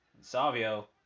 Savio